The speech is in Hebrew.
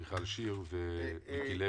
חברי הכנסת מיכל שיר ומיקי לוי.